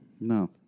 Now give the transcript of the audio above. No